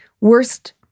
worst